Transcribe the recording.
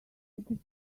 did